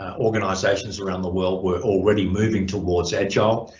organisations around the world were already moving towards agile,